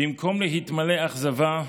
"במקום להתמלא אכזבה,